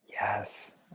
Yes